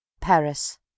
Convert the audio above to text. Paris